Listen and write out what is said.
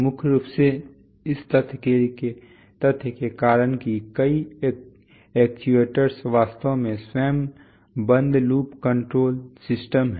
मुख्य रूप से इस तथ्य के कारण कि कई एक्चुएटर्स वास्तव में स्वयं बंद लूप कंट्रोल सिस्टम हैं